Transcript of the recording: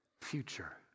future